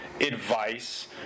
advice